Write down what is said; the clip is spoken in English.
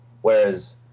whereas